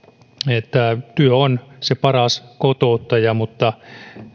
että työ on se paras kotouttaja mutta